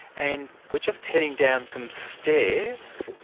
and we're just heading down some stairs